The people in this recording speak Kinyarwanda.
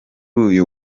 uyu